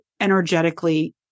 energetically